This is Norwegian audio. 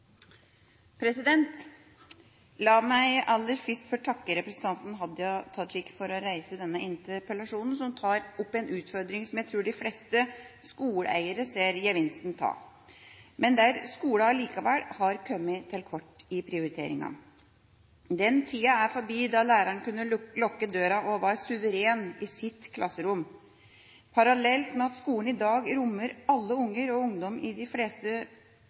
det. La meg aller først få takke representanten Hadia Tajik for å reise denne interpellasjonen, som tar opp en utfordring jeg tror de fleste skoleeiere ser gevinsten av, men der skolen allikevel har kommet til kort i prioriteringene. Den tida er forbi da læreren kunne lukke døra og var suveren i sitt klasserom. Parallelt med at skolen i dag rommer alle unger og ungdom i